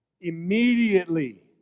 Immediately